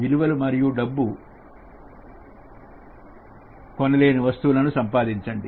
విలువలు మరియు డబ్బు కొనలేని వస్తువులను సంపాదించండి